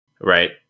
Right